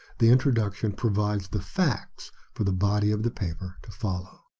the introduction provides the facts for the body of the paper to follow.